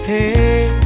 Hey